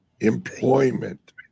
employment